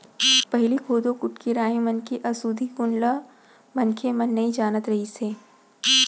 पहिली कोदो, कुटकी, राई मन के अउसधी गुन ल मनखे मन नइ जानत रिहिस हे